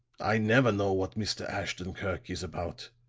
i never know what mr. ashton-kirk is about.